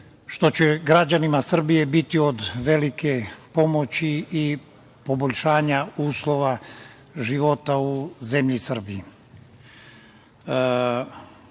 što će građanima Srbije biti od velike pomoći i poboljšanja uslova života u zemlji Srbiji. Ako